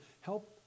Help